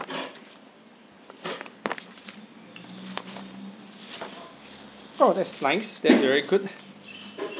oh that's nice that's very good